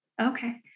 okay